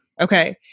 Okay